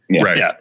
Right